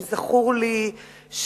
זכור לי,